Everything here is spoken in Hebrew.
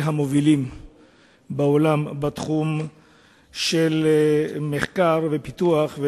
המובילים בעולם בתחום של מחקר ופיתוח.